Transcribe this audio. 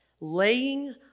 laying